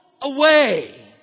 away